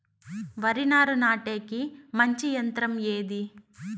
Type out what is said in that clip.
వరి నారు నాటేకి మంచి యంత్రం ఏది?